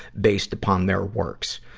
based upon their works.